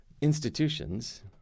institutions